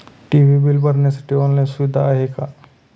TV bill भरण्यासाठी online सुविधा आहे का?